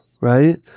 right